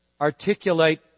articulate